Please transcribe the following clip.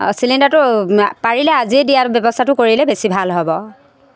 অঁ চিলিণ্ডাৰটো পাৰিলে আজিয়ে দিয়াৰ ব্যৱস্থাটো কৰিলে বেছি ভাল হ'ব